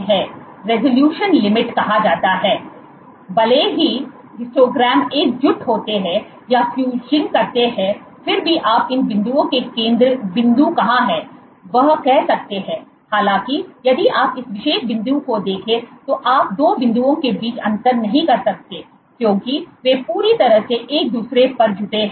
इसेरेजोल्यूशन सीमा कहा जाता है भले ही हिस्टोग्राम एकजुट होते हैं या फ्यूजिंग करते हैं फिर भी आप इन बिंदुओं के केंद्र बिंदु कहां है वह कह सकते हैं हालांकि यदि आप इस विशेष बिंदु को देखें तो आप 2 बिंदुओं के बीच अंतर नहीं कर सकते क्योंकि वे पूरी तरह से एक दूसरे पर जुटे हैं